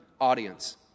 audience